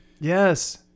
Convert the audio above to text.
Yes